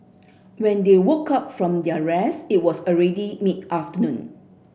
when they woke up from their rest it was already mid afternoon